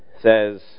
says